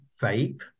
vape